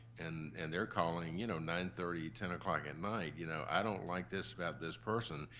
and and they're calling you know nine thirty, ten o'clock at night, you know, i don't like this about this person.